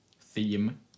theme